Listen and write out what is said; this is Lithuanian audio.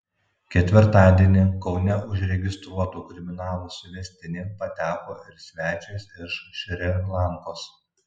ketvirtadienį kaune užregistruotų kriminalų suvestinėn pateko ir svečias iš šri lankos